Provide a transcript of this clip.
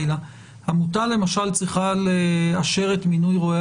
עמותה למשל צריכה לאשר את מינוי רואה